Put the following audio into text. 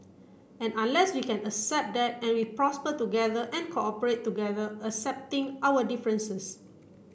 and unless we can accept that and we prosper together and cooperate together accepting our differences